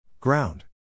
Ground